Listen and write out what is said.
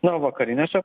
na o vakariniuose